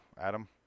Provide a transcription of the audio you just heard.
Adam